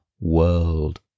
world